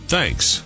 Thanks